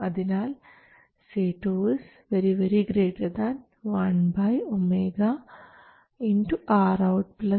അതിനാൽ C21ωRoutRL